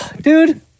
Dude